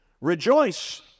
rejoice